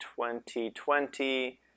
2020